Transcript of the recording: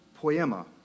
Poema